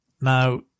Now